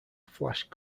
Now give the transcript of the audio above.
flash